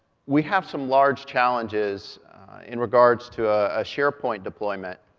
we have some large challenges in regards to a share-point deployment.